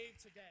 today